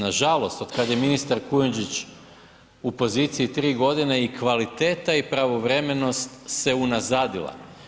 Nažalost otkada je ministar Kujundžić u poziciji tri godine i kvaliteta i pravovremenost se unazadila.